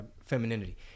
femininity